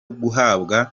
guhabwa